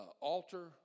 altar